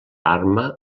arma